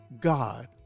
God